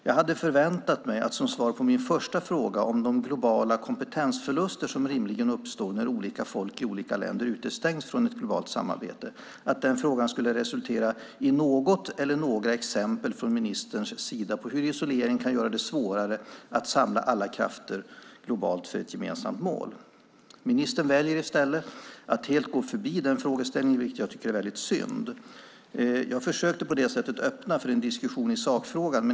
Jag hade förväntat mig att min första fråga om de globala kompetensförluster som rimligen uppstår när olika folk i olika länder utestängs från ett globalt samarbete skulle resultera i något eller några exempel från ministerns sida på hur isolering kan göra det svårare att samla alla krafter globalt för ett gemensamt mål. Ministern väljer i stället att helt gå förbi den frågeställningen, vilket jag tycker är väldigt synd. Jag försökte öppna för en diskussion i sakfrågan.